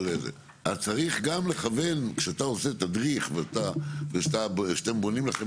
אז צריך גם לכוון כשאתה עושה תדריך וכשאתם בונים לכם